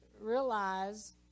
realize